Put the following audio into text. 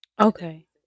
Okay